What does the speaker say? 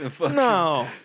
No